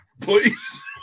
please